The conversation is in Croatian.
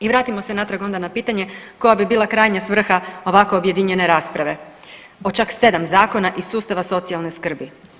I vratimo se natrag onda na pitanje koja bi bila krajnja svrha ovako objedinjene rasprave o čak 7 zakona iz sustava socijalne skrbi.